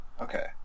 Okay